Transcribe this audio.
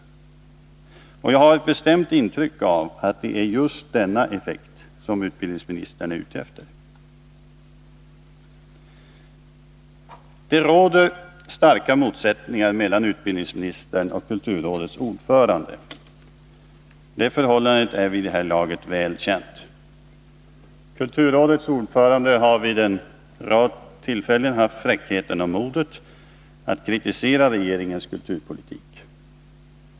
Jag har ett bestämt intryck av att det är just denna effekt som utbildningsministern är ute efter. Det råder starka motsättningar mellan utbildningsministern och kulturrådets ordförande. Detta förhållande är vid det här laget väl känt. Kulturrådets ordförande har vid en rad tillfällen haft fräckheten och modet att kritisera regeringens kulturpolitik.